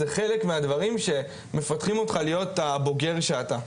זה חלק מהדברים שמפתחים אותך להיות הבוגר שאתה.